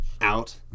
out